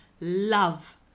love